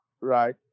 right